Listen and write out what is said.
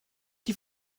die